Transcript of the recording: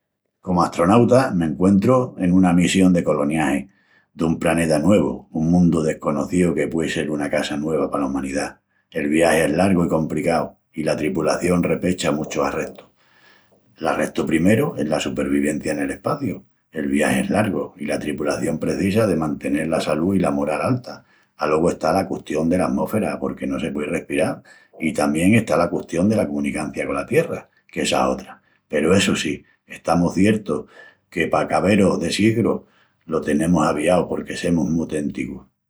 Comu astronauta, m'encuentru en una missión de coloniagi dun praneta nuevu, un mundu desconocíu que puei sel una casa nueva pala umanidá. El viagi es largu i compricau, i la tripulación repecha muchus arrestus. L'arrestu primeru es la supervivencia nel espaciu. El viagi es largu, i la tripulación precisa de mantenel la salú i la moral alta. Alogu está la custión dela amósfera porque no se puei respiral, i tamién está la custión dela comunicancia cola Tierra, qu'essa es otra. Peru essu sí, estamus ciertus que pa acaberus de sigru lo tenemus aviau porque semus mu téntigus.